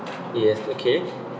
yes okay